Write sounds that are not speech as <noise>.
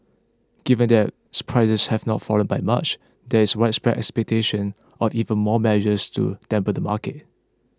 given that <unintelligible> prices have not fallen by much there is widespread expectation of even more measures to dampen the market